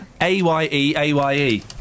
A-Y-E-A-Y-E